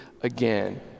again